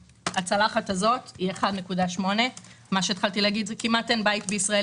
הצלחת שאני מחזיקה היא 1.8. כמעט אין בית בישראל